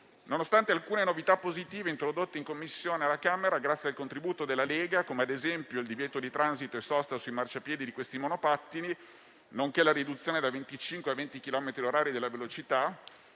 Nonostante alcune novità positive introdotte in Commissione alla Camera, grazie al contributo della Lega, come ad esempio il divieto di transito e sosta sui marciapiedi per questi monopattini, nonché la riduzione da 25 a 20 chilometri orari della velocità,